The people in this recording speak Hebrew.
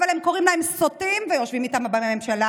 אבל הם קוראים להם סוטים ויושבים איתם בממשלה,